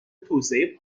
توسعه